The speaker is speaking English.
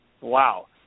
wow